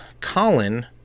Colin